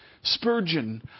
Spurgeon